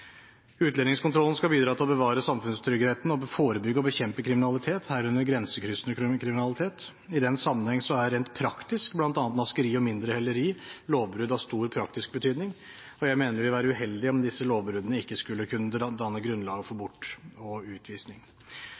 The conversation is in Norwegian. Utlendingskontrollen skal bidra til å bevare samfunnstryggheten og forebygge og bekjempe kriminalitet, herunder grensekryssende kriminalitet. I den sammenheng er rent praktisk bl.a. naskeri og mindre heleri lovbrudd av stor praktisk betydning. Jeg mener det vil være uheldig om disse lovbruddene ikke skulle kunne danne grunnlaget for bortvisning og utvisning.